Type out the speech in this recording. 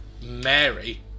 Mary